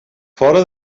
fora